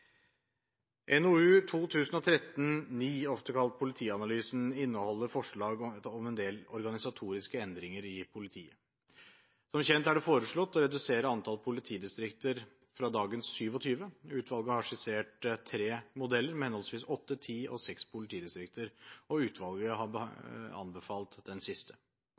NOU 2013:9, ofte kalt «politianalysen», inneholder forslag om en del organisatoriske endringer i politiet. Som kjent er det foreslått å redusere antallet politidistrikter, fra dagens 27 distrikter. Utvalget har skissert tre modeller med henholdsvis åtte, ti og seks politidistrikter, og utvalget har anbefalt den siste.